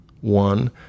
one